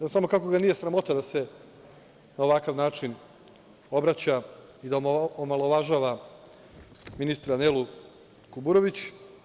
Ne znam kako ga nije sramota da se na ovakav način obraća i da omalovažava ministra Nelu Kuburović?